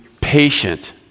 patient